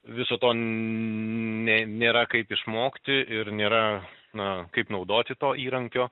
viso to nė nėra kaip išmokti ir nėra na kaip naudoti to įrankio